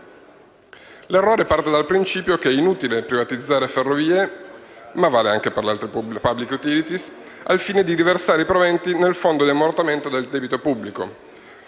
L'errore parte dal principio che è inutile privatizzare Ferrovie (ma vale anche per le altre *public utility*) al fine di riversare i proventi nel fondo di ammortamento del debito pubblico.